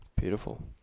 Beautiful